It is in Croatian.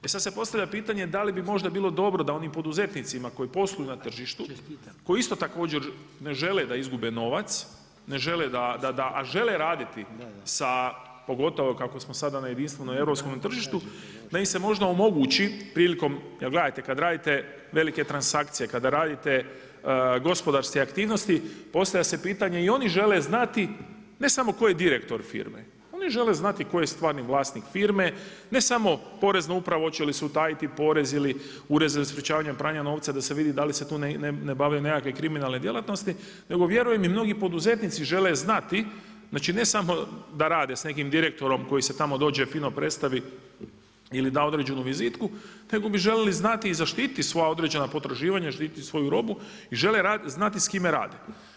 E sad se postavlja pitanje da li bi možda bilo dobro da onim poduzetnicima koji posluju na tržištu koji isto također ne žele da izgube novac, ne žele da, a žele raditi sa pogotovo kako smo sada na jedinstvenome europskome tržištu da im se možda omogući prilikom, jer gledajte kad radite velike transakcije, kada radite gospodarske aktivnosti postavlja se pitanje i oni žele znati ne samo tko je stvarni vlasnik firme, ne samo Porezna uprava hoće li se utajiti porez ili Ured za sprječavanje pranja novca, da se vidi da li se tu ne bave neke kriminalne djelatnosti, nego vjerujte mi mnogi poduzetnici žele znati, znači ne samo da rade sa nekim direktorom koji se tamo dođe, fino predstavi ili da određenu vizitku nego bi željeli znati i zaštiti svoja određena potraživanja, zaštiti svoju robu i žele znati s kime rade.